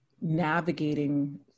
navigating